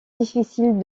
difficile